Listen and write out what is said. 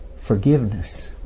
forgiveness